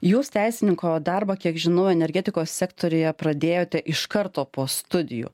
jūs teisininko darbą kiek žinau energetikos sektoriuje pradėjote iš karto po studijų